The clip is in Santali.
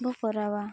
ᱵᱚ ᱠᱚᱨᱟᱣᱟ